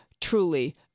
truly